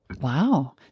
Wow